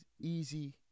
easy